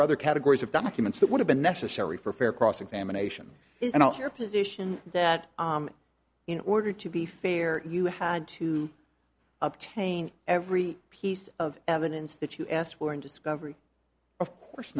other categories of documents that would have been necessary for fair cross examination is not your position that in order to be fair you had to obtain every piece of evidence that you asked for in discovery course